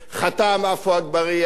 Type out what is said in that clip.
חתם עפו אגבאריה,